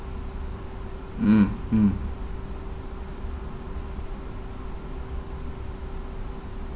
mm mm